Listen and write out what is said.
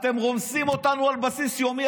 אתם רומסים אותנו על בסיס יומי,